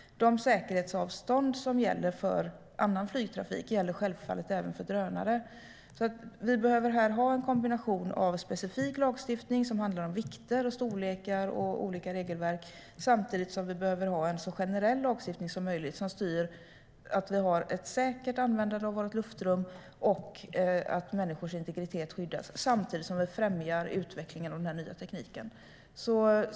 De säkerhetsavstånd som gäller för annan flygtrafik gäller självfallet även för drönare. Vi behöver här ha en kombination av specifik lagstiftning om vikter, storlekar och andra regelverk, samtidigt som vi behöver ha en så generell lagstiftning som möjligt som styr att vi har ett säkert användande av luftrummet och att människors integritet skyddas samtidigt som vi främjar utvecklingen av den nya tekniken.